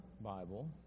Bible